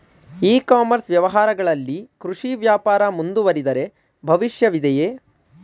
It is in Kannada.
ಇ ಕಾಮರ್ಸ್ ವ್ಯವಹಾರಗಳಲ್ಲಿ ಕೃಷಿ ವ್ಯಾಪಾರ ಮುಂದುವರಿದರೆ ಭವಿಷ್ಯವಿದೆಯೇ?